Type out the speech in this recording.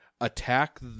attack